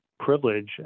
privilege